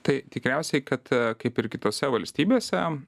tai tikriausiai kad kaip ir kitose valstybėse